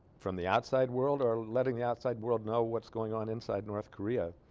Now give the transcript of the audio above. from the outside world or letting the outside world know what's going on inside north korea